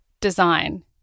design